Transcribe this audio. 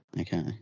Okay